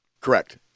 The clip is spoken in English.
Correct